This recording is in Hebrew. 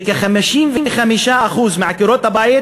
וכ-55% מעקרות-הבית